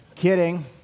Kidding